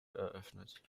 eröffnet